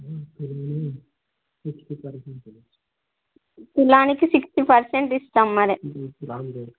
తులానికి sixty percent ఇస్తాం మరే